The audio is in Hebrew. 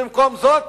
במקום זאת